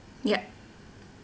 yup